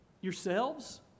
Yourselves